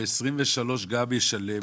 ב-2023 הוא גם ישלם.